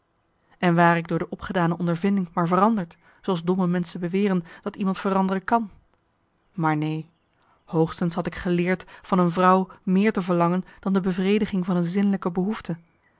en ware ik door de opgedane ondervinding maar veranderd zooals domme menschen beweren dat iemand veranderen kan maar neen hoogstens had ik geleerd van een vrouw meer te verlangen dan de bevrediging van een zinnelijke behoefte